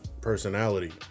personality